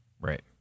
Right